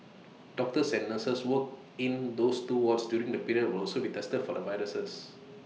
doctors and nurses work in those two wards during the period will also be tested for the virus